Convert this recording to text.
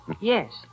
Yes